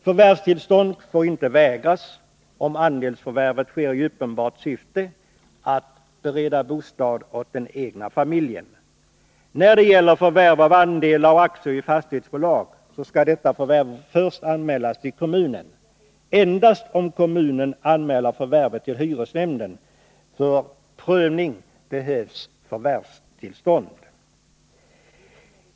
Förvärvstillstånd får inte vägras om andelsförvärvet sker i uppenbart syfte att bereda bostad åt den egna familjen. Förvärv av andelar och aktier i fastighetsbolag skall först anmälas till kommunen. Endast om kommunen anmäler förvärvet till hyresnämnden för prövning behövs förvärvstillstånd.